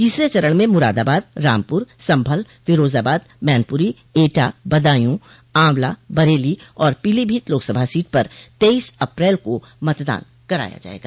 तीसरे चरण में मुरादाबाद रामपुर संभल फिरोजाबाद मैनपुरी एटा बदायूं आंवला बरेली और पीलीभीत लोकसभा सीट पर तेईस अप्रैल को मतदान कराया जायेगा